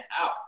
out